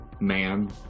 man